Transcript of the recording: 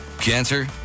Cancer